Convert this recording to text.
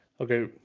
Okay